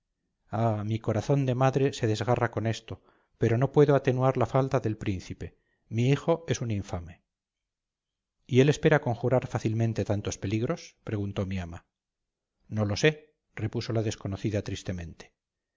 ah mi corazón de madre se desgarra con esto pero no puedo atenuar la falta del príncipe mi hijo es un infame y él espera conjurar fácilmente tantos peligros preguntó mi ama no lo sé repuso la desconocida tristemente